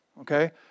Okay